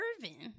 Irving